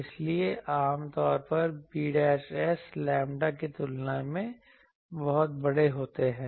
इसलिए आम तौर पर b's लैम्ब्डा की तुलना में बहुत बड़े होते हैं